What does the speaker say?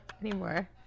anymore